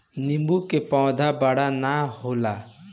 नीबू के पेड़ बड़ ना होला